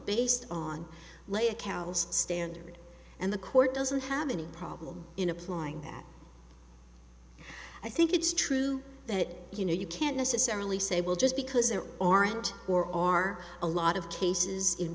based on later cal's standard and the court doesn't have any problem in applying that i think it's true that you know you can't necessarily say well just because there aren't or are a lot of cases in